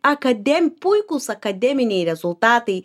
akadem puikūs akademiniai rezultatai